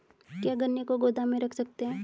क्या गन्ने को गोदाम में रख सकते हैं?